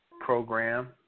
program